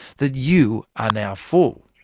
that you are now full.